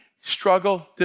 struggle